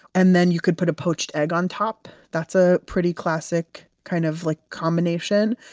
and then you could put a poached egg on top. that's a pretty classic kind of like combination.